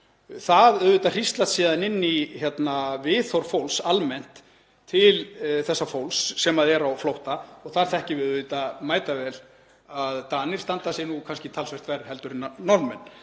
Það auðvitað hríslast síðan inn í viðhorf fólks almennt til þessa fólks sem er á flótta og þar þekkjum við auðvitað mætavel að Danir standa sig talsvert verr en Norðmenn.